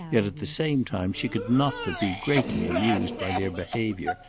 yet at the same time she could not but be greatly amused by their behaviour,